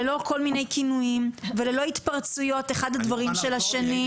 ללא כל מיני כינויים וללא התפרצויות אחד לדברים של השני.